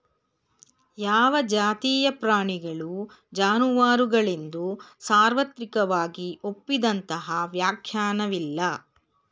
ಯಾವ ಜಾತಿಯ ಪ್ರಾಣಿಗಳು ಜಾನುವಾರುಗಳೆಂದು ಸಾರ್ವತ್ರಿಕವಾಗಿ ಒಪ್ಪಿದಂತಹ ವ್ಯಾಖ್ಯಾನವಿಲ್ಲ